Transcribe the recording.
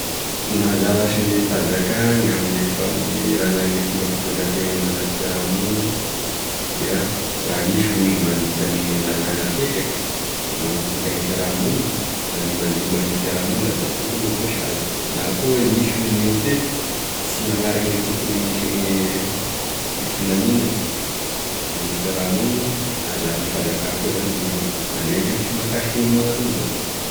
Gn'anzara asagne fanzakana amle famiragne fitondratenan'olo anaty fiaramonina dia raha misy gn'olo mandika an'igny lalana apetraky manakorota gne fiaramonina manimbazimba gne fiaramonina da tokony ho voasazy na koe misy olo mioapefy sy manaraky gne tokony hisiagne e filaminany ame fiaramonina da anzaragne fanzaka koa zany gne mandray andraikitry mahakasiky gn'olo magnano anzany.